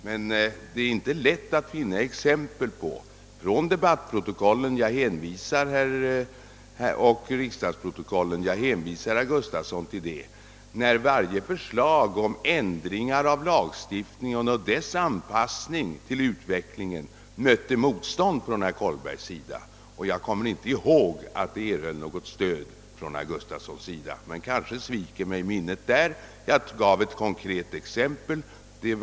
Men det är inte lätt att finna exempel på ett lika helhjärtat stöd i riksdagsprotokollen — jag hänvisar herr Gustafson till dem — varje gång förslag om ändringar av lagstiftningen och dess anpassning till utvecklingen framlacsts. Jag gav ett konkret exempel. Herr Gustafson valde att inte kommentera det.